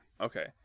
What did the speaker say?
okay